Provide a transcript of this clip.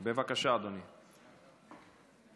וגם אמר בגילוי לב שמכאן והלאה מבחינתו לא יהיה